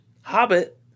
hobbit